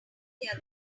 their